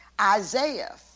Isaiah